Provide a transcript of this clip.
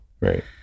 Right